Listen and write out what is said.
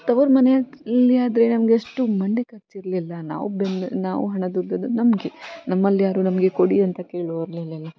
ತವರುಮನೆಯಲ್ಲಿ ಆದರೆ ನಮಗೆ ಅಷ್ಟು ಮಂಡೆ ಖರ್ಚು ಇರಲಿಲ್ಲ ನಾವು ಬೆಂದ ನಾವು ಹಣ ದುಡಿದದ್ದು ನಮಗೆ ನಮ್ಮಲ್ಯಾರೂ ನಮಗೆ ಕೊಡಿ ಅಂತ ಕೇಳುವವರು ಇರಲಿಲ್ಲ